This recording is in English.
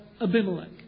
Abimelech